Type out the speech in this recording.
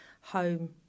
home